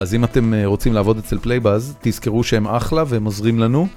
אז אם אתם רוצים לעבוד אצל פלייבאז, תזכרו שהם אחלה והם עוזרים לנו.